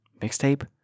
mixtape